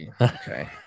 okay